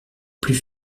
plus